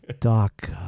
doc